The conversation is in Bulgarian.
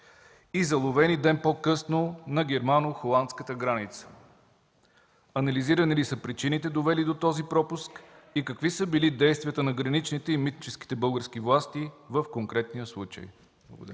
и заловени ден по-късно на германо-холандската граница? Анализирани ли са причините, довели до този пропуск и какви са били действията на българските гранични и митнически власти в конкретния случай? Благодаря.